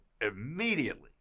immediately